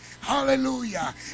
Hallelujah